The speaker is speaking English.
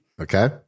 Okay